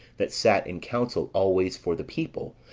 that sat in counsel always for the people,